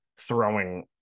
throwing